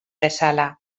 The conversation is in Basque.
bezala